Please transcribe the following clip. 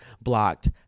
blocked